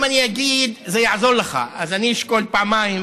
אם אני אגיד זה יעזור לך, אז אני אשקול פעמיים